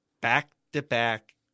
back-to-back